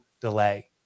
delay